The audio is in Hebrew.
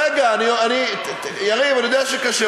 רגע, יריב, אני יודע שקשה.